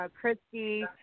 Christy